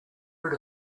rid